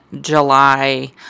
July